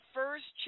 first